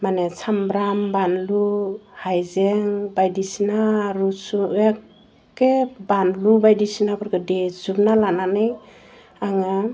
मोने सामब्राम बानलु हायजें बायदिसिना रसुन एकखे बानलु बायदिसिनाफोरखौ देजोबना लानानै आङो